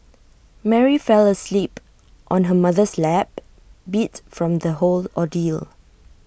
Mary fell asleep on her mother's lap beat from the whole ordeal